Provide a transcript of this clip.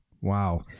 Wow